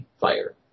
fire